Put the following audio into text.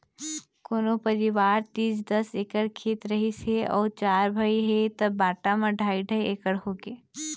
कोनो परिवार तीर दस एकड़ खेत रहिस हे अउ चार भाई हे त बांटा म ढ़ाई ढ़ाई एकड़ होगे